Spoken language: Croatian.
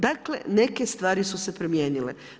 Dakle, neke stvari su se promijenile.